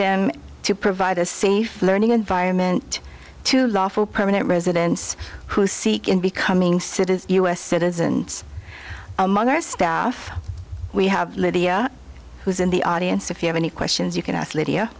them to provide a safe learning environment to lawful permanent residents who seek in becoming citizens u s citizens among our staff we have lydia who's in the audience if you have any questions you can ask lydia